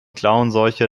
klauenseuche